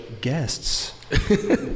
guests